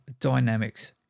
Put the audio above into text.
dynamics